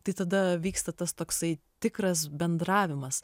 tai tada vyksta tas toksai tikras bendravimas